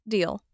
Deal